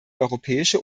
europäische